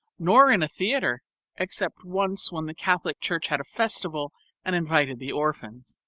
nor in a theatre except once when the catholic church had a festival and invited the orphans,